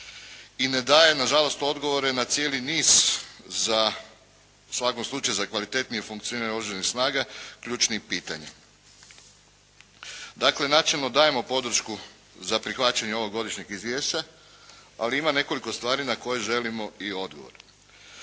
i ne daje na žalost odgovore na cijeli niz u svakom slučaju za kvalitetnije funkcioniranje Oružanih snaga ključnih pitanja. Dakle načelno dajemo podršku za prihvaćanje ovogodišnjeg izvješća, ali ima nekoliko stvari na koje želimo i odgovor.